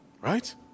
Right